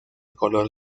color